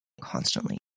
constantly